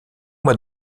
mois